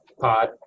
Pod